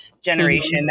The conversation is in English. generation